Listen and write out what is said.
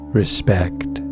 respect